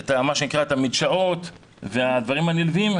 לסגור את המדשאות ואת הדברים הנלווים,